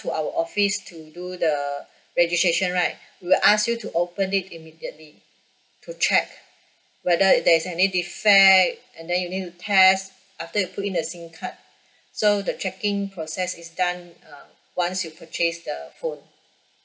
to our office to do the registration right we will ask you to open it immediately to check whether there is any defect and then you need to test after you put in the SIM card so the check in process is done uh once you purchase the phone